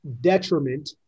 detriment